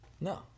No